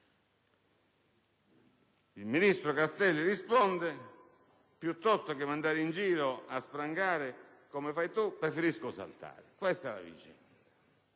Il ministro Castelli risponde: «piuttosto che mandare in giro a sprangare come fai tu preferisco saltare». Questa è la vicenda.